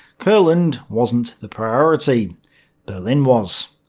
courland wasn't the priority berlin was.